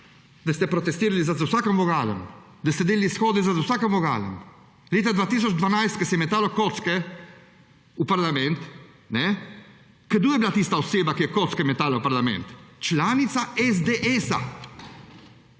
da ste protestirali za vsakim vogalom, da ste delali shode za vsakim vogalom, leta 2012, ko se je metalo kocke v parlament – kdo je bila tista oseba, ki je kocke metala v parlament? Članica SDS!